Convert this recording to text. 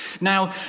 Now